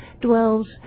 dwells